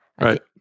Right